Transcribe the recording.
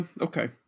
Okay